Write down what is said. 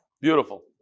beautiful